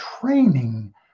training